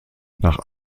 nach